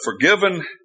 forgiven